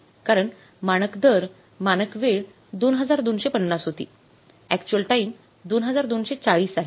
कारण मानक दरमानक वेळ २२५० होती अक्चुअल टाइम २२४० आहे